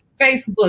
Facebook